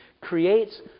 creates